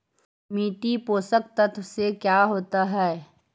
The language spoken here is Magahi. मिट्टी पोषक तत्त्व से का होता है?